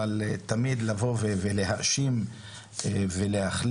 אבל תמיד לבוא ולהאשים ולהכליל,